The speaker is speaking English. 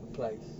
applies